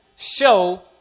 Show